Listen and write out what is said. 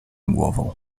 głową